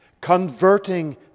converting